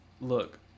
Look